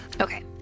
Okay